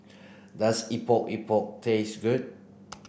does Epok Epok taste good